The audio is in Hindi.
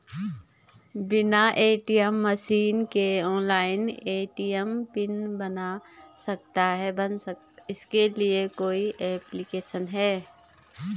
बिना ए.टी.एम मशीन के ऑनलाइन ए.टी.एम पिन बन सकता है इसके लिए कोई ऐप्लिकेशन है?